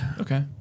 Okay